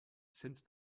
since